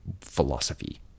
philosophy